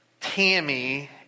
Tammy